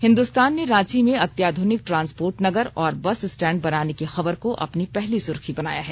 हिंदुस्तान ने रांची में अत्याध्निक ट्रांसपोर्ट नगर और बस स्टैंड बनाने की खबर को अपनी पहली सुर्खी बनाया है